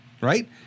right